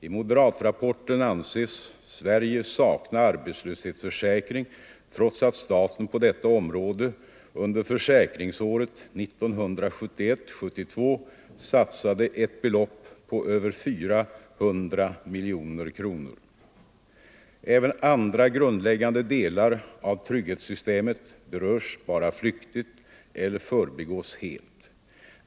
I moderatrapporten anses Sverige sakna arbetslöshetsförsäkring trots att staten på detta område under försäkringsåret 1971/72 satsade ett belopp på över 400 miljoner kronor. Även andra grundläggande delar av trygghetssystemet berörs bara flyktigt 105 eller förbigås helt.